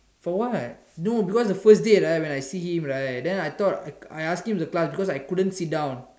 for what no because the first day right where I see him right then I thought I I ask him the class because I couldn't sit down